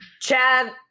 Chad